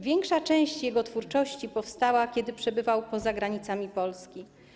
Większa część jego twórczości powstała, kiedy przebywał poza granicami Polski.